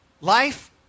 life